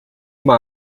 uma